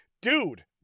dude